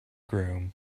groom